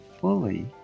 fully